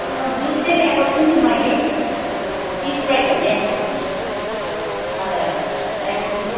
अँ जुसै ल्याएको छु नि मैले स्प्राइटहरू ल्याएको छु नि हजुर हजुर ल्याएको छु नि